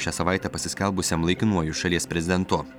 šią savaitę pasiskelbusiam laikinuoju šalies prezidentu